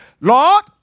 Lord